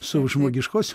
savo žmogiškos